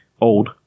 old